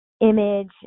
image